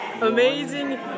amazing